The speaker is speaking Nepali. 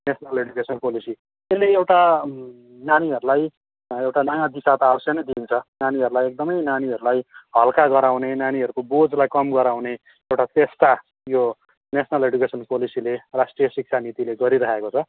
नेसनल एजुकेसन पोलिसी यसले एउटा नानीहरूलाई एउटा नयाँ दिशा त अवश्य नै दिन्छ नानीहरूलाई एकदमै नानीहरूलाई हल्का गराउने नानीहरूको बोझलाई कम गराउने एउटा चेष्टा यो नेसनल एजुकेसन पोलिसीले राष्ट्रिय शिक्षा नीतिले गरिराखेको छ